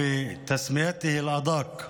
בשפה הערבית,